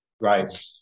right